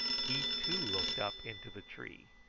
he too looked up into the tree,